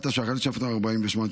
התש"ח 1948,